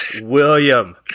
William